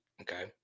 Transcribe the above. Okay